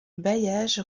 bailliages